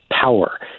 power